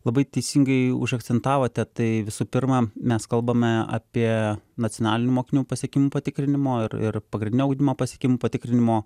labai teisingai užakcentavote tai visų pirma mes kalbame apie nacionalinių mokinių pasiekimų patikrinimo ir ir pagrindinio ugdymo pasiekimų patikrinimo